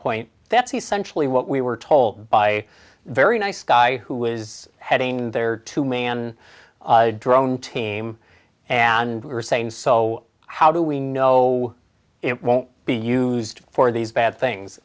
point that's essentially what we were told by very nice guy who was heading there to man drone team and were saying so how do we know it won't be used for these bad things